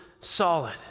solid